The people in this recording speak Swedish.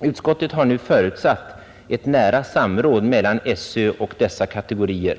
Utskottet har nu förutsatt ett nära samråd mellan skolöverstyrelsen och dessa kategorier.